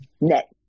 net